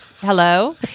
Hello